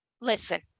Listen